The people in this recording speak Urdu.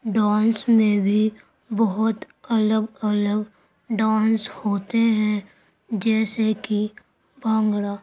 ڈانس میں بھی بہت الگ الگ ڈانس ہوتے ہیں جیسے کہ بھانگڑا